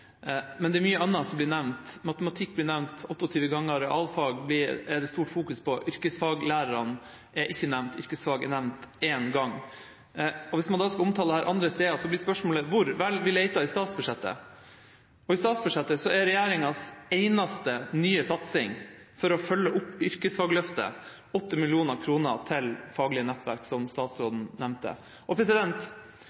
men det er mye annet som blir nevnt. Matematikk blir nevnt 28 ganger, realfag er det stort fokus på, yrkesfaglærerne er ikke nevnt, yrkesfag er nevnt én gang. Hvis man skal omtale dette andre steder, blir spørsmålet: Hvor? Vi lette i statsbudsjettet, og i statsbudsjettet er regjeringas eneste nye satsing for å følge opp Yrkesfagløftet 8 mill. kr til faglige nettverk, som